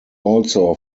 also